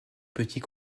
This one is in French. petit